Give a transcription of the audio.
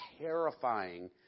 terrifying